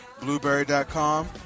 Blueberry.com